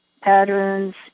patterns